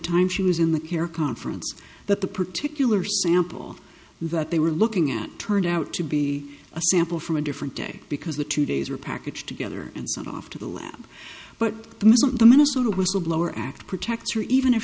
time she was in the care conference that the particular sample that they were looking at turned out to be a sample from a different day because the two days were packaged together and sent off to the lab but the minnesota whistleblower act protects her even if